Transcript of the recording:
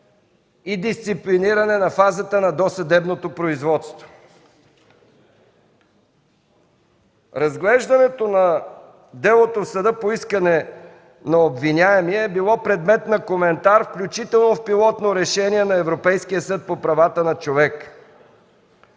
и дисциплиниране на фазата на досъдебното производство? Разглеждането на делото в съда по искане на обвиняемия е било предмет на коментар, включително в пилотно решение на Европейския съд по правата на човека.